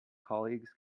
colleagues